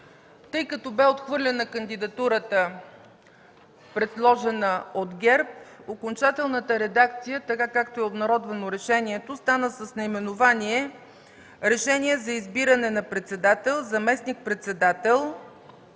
Тъй като бе отхвърлена кандидатурата, предложена от ГЕРБ, окончателната редакция, така както е обнародвано решението, стана с наименование: „Решение за избиране на председател, заместник-председател